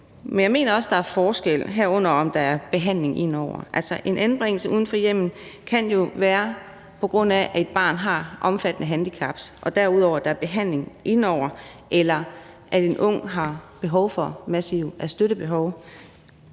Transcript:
Men jeg mener også, at der er forskel på sagerne, herunder om der er behandling inde over – altså, en anbringelse uden for hjemmet kan jo være, på grund af at et barn har omfattende handicap, og derudover at der er behandling inde over, eller at en ung har et massivt støttebehov.